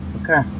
Okay